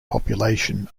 population